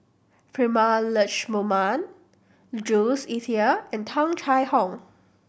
Prema Letchumanan Jules Itier and Tung Chye Hong